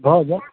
भऽ जाएत